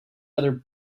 other